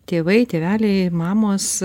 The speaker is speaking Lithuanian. tėvai tėveliai mamos